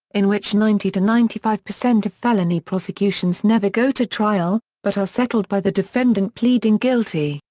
in which ninety to ninety five percent of felony prosecutions never go to trial, but are settled by the defendant pleading guilty,